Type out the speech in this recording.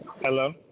Hello